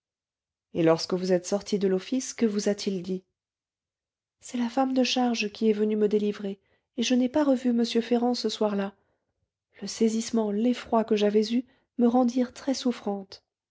et lorsque vous êtes sortie de l'office que vous a-t-il dit c'est la femme de charge qui est venue me délivrer et je n'ai pas revu m ferrand ce soir-là le saisissement l'effroi que j'avais eus me